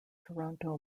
toronto